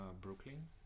Brooklyn